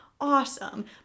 Awesome